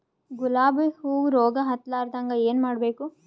ಗುಲಾಬ್ ಹೂವು ರೋಗ ಹತ್ತಲಾರದಂಗ ಏನು ಮಾಡಬೇಕು?